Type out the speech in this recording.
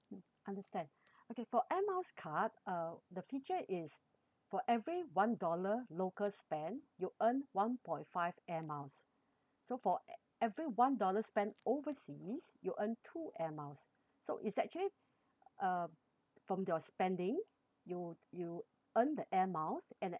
understand okay for air miles card uh the feature is for every one dollar local spent you earn one point five air miles so for every one dollar spent overseas you earn two air miles so it's actually uh from your spending you you earn the air miles and